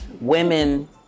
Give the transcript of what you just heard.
women